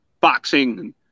boxing